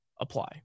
apply